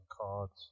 cards